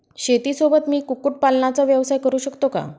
शेतीसोबत मी कुक्कुटपालनाचा व्यवसाय करु शकतो का?